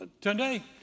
today